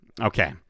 Okay